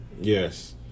Yes